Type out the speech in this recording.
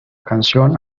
canción